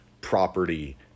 property